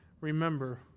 remember